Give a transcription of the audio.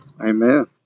Amen